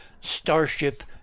starship